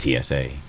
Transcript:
TSA